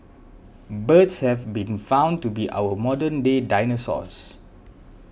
birds have been found to be our modern day dinosaurs